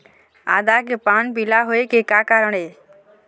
आदा के पान पिला होय के का कारण ये?